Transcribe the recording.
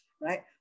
right